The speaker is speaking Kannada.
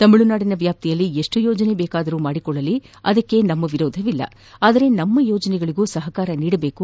ತಮಿಳುನಾಡಿನ ವ್ಯಾಪ್ತಿಯಲ್ಲಿ ಎಷ್ಟು ಯೋಜನೆ ಬೇಕಾದರೂ ಮಾಡಲಿ ಅದಕ್ಕೆ ನಮ್ಮ ವಿರೋಧವಿಲ್ಲ ಆದರೆ ನಮ್ಮ ಯೋಜನೆಗೆ ಸಹಕಾರ ನೀಡಬೇಕು